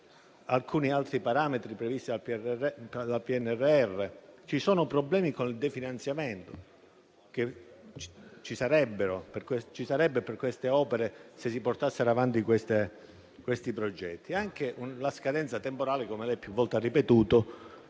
alcuni altri parametri previsti dal PNRR. Ci sono problemi con i definanziamenti che ci sarebbero per queste opere, se si portassero avanti questi progetti, e anche la scadenza temporale, come lei ha più volte ripetuto,